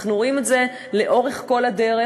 אנחנו רואים את זה לאורך כל הדרך.